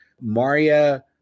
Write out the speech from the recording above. Maria